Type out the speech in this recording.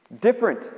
Different